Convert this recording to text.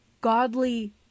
godly